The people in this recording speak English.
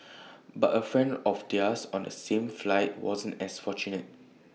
but A friend of theirs on the same flight wasn't as fortunate